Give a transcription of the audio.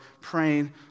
praying